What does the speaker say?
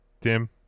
Tim